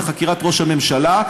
שזה חקירת ראש הממשלה,